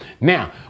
Now